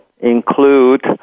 include